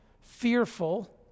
fearful